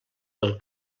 del